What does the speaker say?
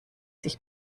sich